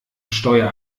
steuer